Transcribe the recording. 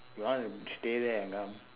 you want to stay there and come